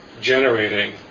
generating